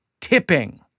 tipping